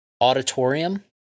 auditorium